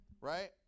Right